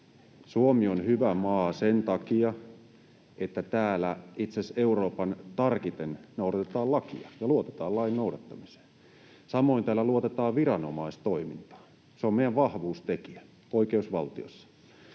Suomi on hyvä maa sen takia, että täällä itse asiassa Euroopan tarkimmin noudatetaan lakia ja luotetaan lain noudattamiseen. Samoin täällä luotetaan viranomaistoimintaan. Se on meidän vahvuustekijä oikeusvaltiossa.